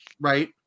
Right